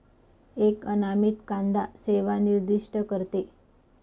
एक अनामित कांदा सेवा निर्दिष्ट करते